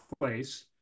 place